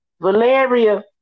Valeria